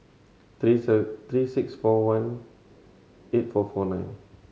three six four one eight four four nine